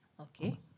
okay